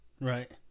Right